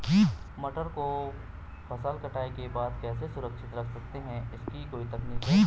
मटर को फसल कटाई के बाद कैसे सुरक्षित रख सकते हैं इसकी कोई तकनीक है?